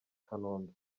kanombe